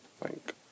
thank